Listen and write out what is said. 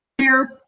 here